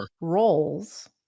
roles